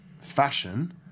fashion